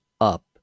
up